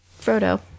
Frodo